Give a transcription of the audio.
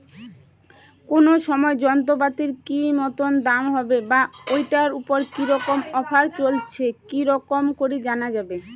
কোন সময় যন্ত্রপাতির কি মতন দাম হবে বা ঐটার উপর কি রকম অফার চলছে কি রকম করি জানা যাবে?